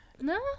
No